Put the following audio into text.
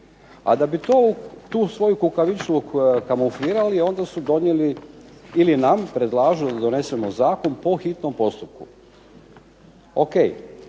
A da bi taj svoj kukavičluk kamuflirali onda su donijeli ili nam predlažu da donesemo zakon po hitnom postupku.